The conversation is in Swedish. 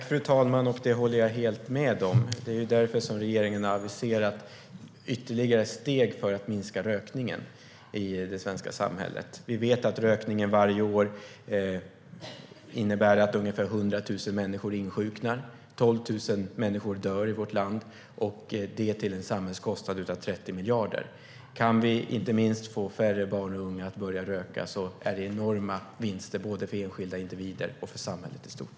Fru talman! Det håller jag helt med om. Det är därför som regeringen aviserat ytterligare steg för att minska rökningen i det svenska samhället. Vi vet att rökningen varje år innebär att ungefär 100 000 människor insjuknar och 12 000 dör i vårt land, till en samhällskostnad av 30 miljarder. Kan vi inte minst få färre barn och unga att börja röka är det enorma vinster både för enskilda individer och för samhället i stort.